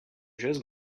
just